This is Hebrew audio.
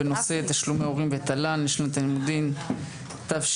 בנושא תשלום ההורים ותל"ן לשנת הלימודים תשפ"ד.